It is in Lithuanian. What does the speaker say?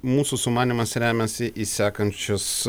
mūsų sumanymas remiasi į sekančius